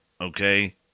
Okay